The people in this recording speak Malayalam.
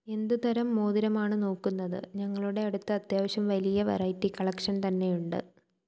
എന്തുതരം മോതിരമാണ് നോക്കുന്നത് ഞങ്ങളുടെ അടുത്ത് അത്യാവശ്യം വലിയ വെറൈറ്റി കളക്ഷൻ തന്നെയുണ്ട്